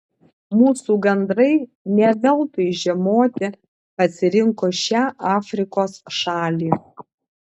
mūsų gandrai ne veltui žiemoti pasirinko šią afrikos šalį